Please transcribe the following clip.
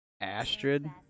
Astrid